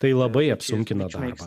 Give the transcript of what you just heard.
tai labai apsunkina darbą